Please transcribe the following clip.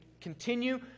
continue